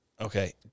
okay